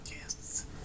Yes